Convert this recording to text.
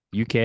UK